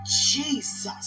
Jesus